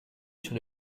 sur